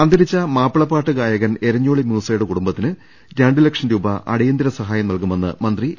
അന്തരിച്ച മാപ്പിളപ്പാട്ട് ഗായകൻ എരഞ്ഞോളി മൂസയുടെ കുടും ബത്തിന് രണ്ടു ലക്ഷം രൂപ അടിയന്തര സഹായം നൽകുമെന്ന് മന്ത്രി എ